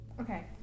okay